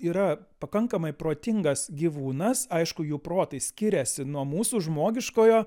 yra pakankamai protingas gyvūnas aišku jų protai skiriasi nuo mūsų žmogiškojo